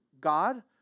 God